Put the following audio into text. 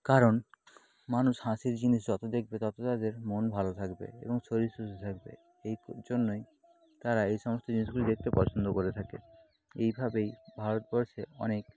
কারণ মানুষ হাসির জিনিস যত দেখবে তত তাদের মন ভালো থাকবে এবং শরীর সুস্থ থাকবে এই জন্যই তারা এই সমস্ত জিনিসগুলি দেখতে পছন্দ করে থাকে এই ভাবেই ভারতবর্ষের অনেক